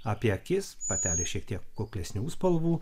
apie akis patelė šiek tiek kuklesnių spalvų